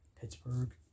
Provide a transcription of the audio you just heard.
Pittsburgh